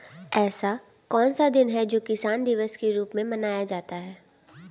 ऐसा कौन सा दिन है जो किसान दिवस के रूप में मनाया जाता है?